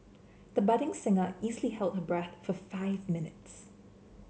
the budding singer easily hold her breath for five minutes